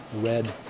red